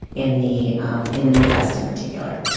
in the um in the midwest in particular.